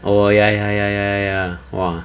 oh ya ya ya ya ya !wah!